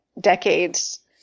decades